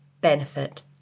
benefit